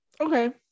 Okay